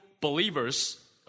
believers